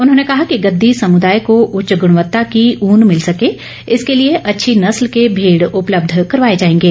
उन्होंने कहा कि गददी समुदाय को उच्च गुणवत्ता की उन मिल सके इसके लिए अच्छी नस्ल के भेड़ उपलब्ध करवाए जाएंगे